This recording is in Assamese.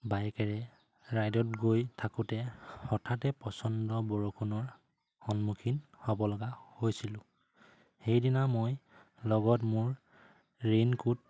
বাইকেৰে ৰাইডত গৈ থাকোঁতে হঠাতে প্ৰচণ্ড বৰষুণৰ সন্মুখীন হ'ব লগা হৈছিলোঁ সেইদিনা মই লগত মোৰ ৰেইনকোট